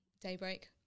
Daybreak